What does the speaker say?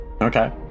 Okay